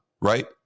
right